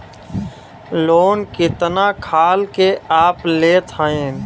Loan कितना खाल के आप लेत हईन?